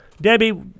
Debbie